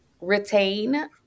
retain